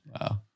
Wow